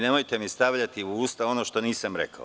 Nemojte mi stavljati u usta ono što nisam rekao.